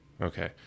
okay